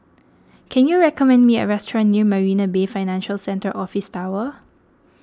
can you recommend me a restaurant near Marina Bay Financial Centre Office Tower